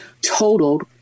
totaled